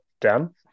Dan